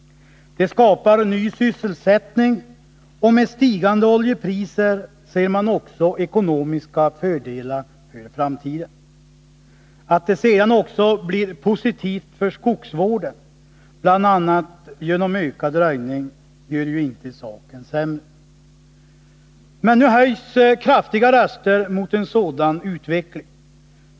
Det skapar ny sysselsättning, och med stigande oljepriser ser man också ekonomiska fördelar för framtiden. Att det sedan även blir positivt för skogsvården, bl.a. genom ökad röjning, gör ju inte saken sämre. Men nu höjs kraftiga röster mot en sådan utveckling.